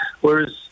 Whereas